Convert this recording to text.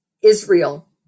Israel